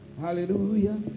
Hallelujah